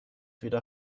wieder